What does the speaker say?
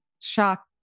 Shock